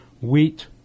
wheat